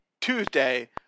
Tuesday